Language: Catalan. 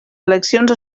eleccions